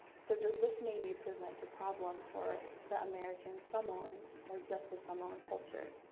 so does this maybe present a problem for the american samoan or just the samoan culture?